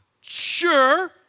sure